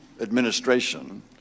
administration